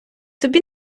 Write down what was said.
тобі